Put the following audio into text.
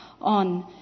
on